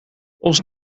ons